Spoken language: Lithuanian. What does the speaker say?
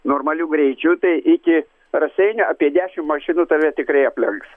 normaliu greičiu tai iki raseinių apie dešimt mašinų tave tikrai aplenks